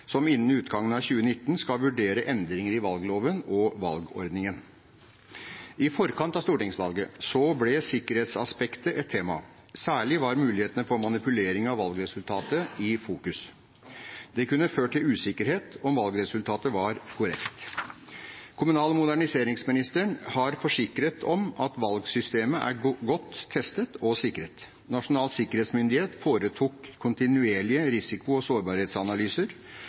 som innen utgangen av 2019 skal vurdere endringer i valgloven og valgordningen. I forkant av stortingsvalget ble sikkerhetsaspektet et tema. Særlig var muligheten for manipulering av valgresultatet i fokus. Det kunne ført til usikkerhet om valgresultatet var korrekt. Kommunal- og moderniseringsministeren har forsikret at valgsystemet er godt testet og sikret. Nasjonal sikkerhetsmyndighet foretok kontinuerlige risiko- og sårbarhetsanalyser.